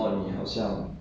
want to fight for